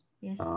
Yes